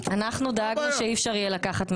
אני מזכירה לך שאנחנו דאגנו לכך שאי אפשר יהיה לקחת מהבנק.